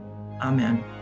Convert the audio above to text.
Amen